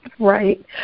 Right